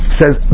says